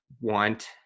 want